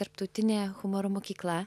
tarptautinė humoro mokykla